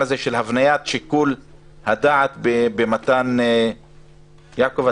הזה של הבניית שיקול הדעת במתן יעקב,